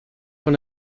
von